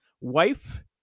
Wife